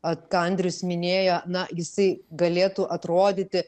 ot andrius minėjo na jisai galėtų atrodyti